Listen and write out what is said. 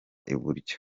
iburyo